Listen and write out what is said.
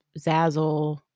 Zazzle